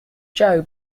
joe